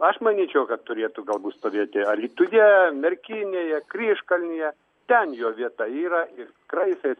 aš manyčiau kad turėtų galbūt stovėti alytuje merkinėje kryžkalnyje ten jo vieta yra ir tikrai jisai